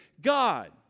God